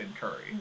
Curry